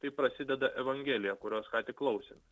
taip prasideda evangelija kurios ką tik klausėmės